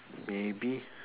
maybe